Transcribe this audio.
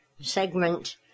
segment